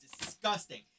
disgusting